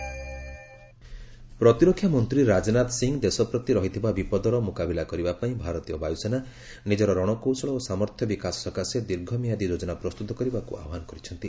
defence minister ପ୍ରତିରକ୍ଷା ମନ୍ତ୍ରୀ ରାଜନାଥ ସିଂହ ଦେଶ ପ୍ରତି ରହିଥିବା ବିପଦର ମୁକାବିଲା କରିବା ପାଇଁ ଭାରତୀୟ ବାୟୁସେନା ନିଜର ରଣକୌଶଳ ଓ ସାମର୍ଥ୍ୟ ବିକାଶ ସକାଶେ ଦୀର୍ଘ ମିଆଦି ଯୋଚ୍ଚନା ପ୍ରସ୍ତୁତ କରିବାକୁ ଆହ୍ୱାନ କରିଛନ୍ତି